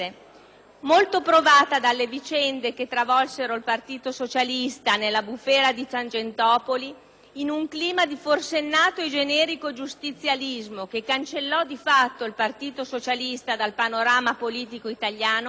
Molto provata dalle vicende che travolsero il Partito socialista nella bufera di Tangentopoli, in un clima di forsennato e generico giustizialismo che cancellò di fatto il Partito socialista dal panorama politico italiano,